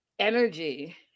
energy